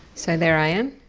so there i am.